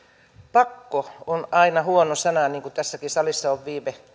pakko on aina huono sana niin kuin tässäkin salissa on viime